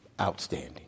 outstanding